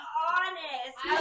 honest